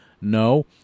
No